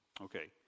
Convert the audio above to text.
okay